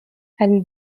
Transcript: and